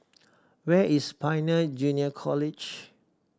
where is Pioneer Junior College